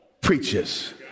preaches